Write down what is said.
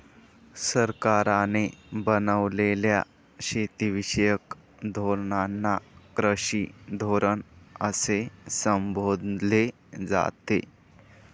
सरकारने बनवलेल्या शेतीविषयक धोरणांना कृषी धोरण असे संबोधले जाते